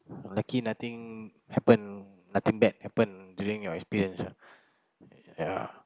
lucky nothing happen nothing bad happened during your experience ah ya